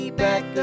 back